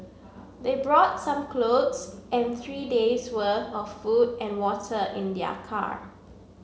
they brought some clothes and three days' worth of food and water in their car